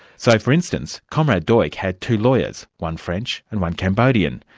so for instance, comrade duch like had two lawyers, one french and one cambodian,